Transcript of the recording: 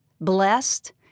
blessed